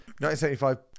1975